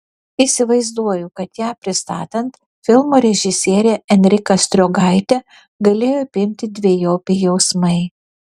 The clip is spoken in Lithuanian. įsivaizduoju kad ją pristatant filmo režisierę enriką striogaitę galėjo apimti dvejopi jausmai